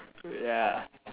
ya